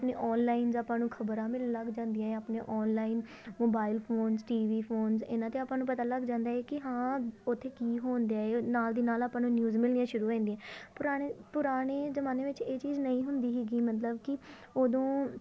ਆਪਣੇ ਅੋਨਲਾਈਨ ਜਾਂ ਆਪਾਂ ਨੂੰ ਖਬਰਾਂ ਮਿਲਣ ਲੱਗ ਜਾਂਦੀਆਂ ਆਪਣੇ online mobile phones T V phones ਇਹਨਾਂ 'ਤੇ ਆਪਾਂ ਨੂੰ ਪਤਾ ਲੱਗ ਜਾਂਦਾ ਹੈ ਕਿ ਹਾਂ ਉੱਥੇ ਕੀ ਹੋਣਦਿਆਂ ਹੈ ਨਾਲ ਦੀ ਨਾਲ ਆਪਾਂ ਨੂੰ ਨਿਊਜ਼ ਮਿਲਣੀਆਂ ਸ਼ੁਰੂ ਹੋ ਜਾਂਦੀਆਂ ਪੁਰਾਣੇ ਪੁਰਾਣੇ ਜ਼ਮਾਨੇ ਵਿੱਚ ਇਹ ਚੀਜ਼ ਨਹੀਂ ਹੁੰਦੀ ਸੀਗੀ ਮਤਲਬ ਕਿ ਉਦੋਂ